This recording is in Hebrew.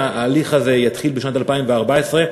ההליך הזה יתחיל בשנת 2014,